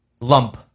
lump